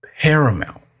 paramount